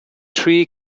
three